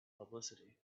publicity